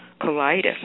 colitis